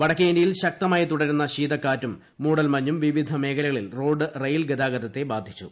വടക്കേ ഇന്ത്യയിൽ ശക്തമായി തുടരുന്ന ശീതക്കാറ്റും മൂടൽ മഞ്ഞും വിവിധ മേഖലകളിൽ റോഡ് റെയിൽ ഗതാഗത്തെ ബാധിച്ചു